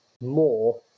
more